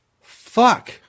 Fuck